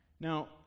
Now